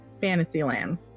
Fantasyland